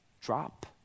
drop